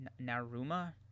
Naruma